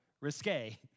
risque